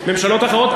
ממשלות אחרות.